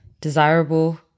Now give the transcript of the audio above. desirable